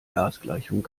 gasgleichung